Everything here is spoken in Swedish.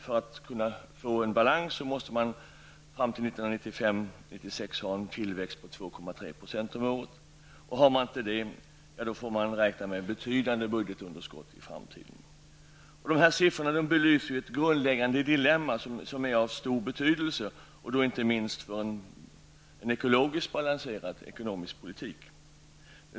För att uppnå en balans 1995/96 måste man enligt beräkningar ha en tillväxt på 2,3 % om året. Har man inte det får man räkna med betydande budgetunderskott i framtiden. Dessa siffror belyser ett grundläggande dilemma av stor betydelse, inte minst för en ekologiskt balanserad ekonomisk politik.